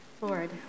Lord